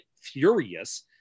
furious